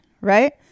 right